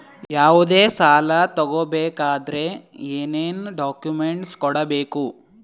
ಯಾವುದೇ ಸಾಲ ತಗೊ ಬೇಕಾದ್ರೆ ಏನೇನ್ ಡಾಕ್ಯೂಮೆಂಟ್ಸ್ ಕೊಡಬೇಕು?